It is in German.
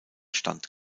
stand